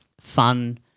fun